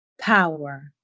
Power